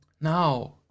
Now